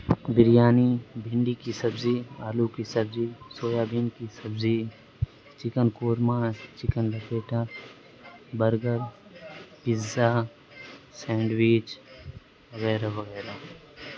بریانی بھنڈی کی سبزی آلو کی سبزی سویا بین کی سبزی چکن قورمہ چکن لپیٹا برگر پیزا سینڈوچ وغیرہ وغیرہ